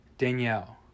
Danielle